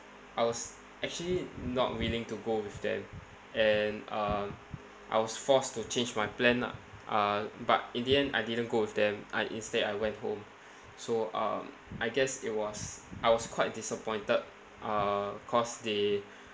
I was actually not willing to go with them and uh I was forced to change my plan lah uh but in the end I didn't go with them I instead I went home so um I guess it was I was quite disappointed uh cause they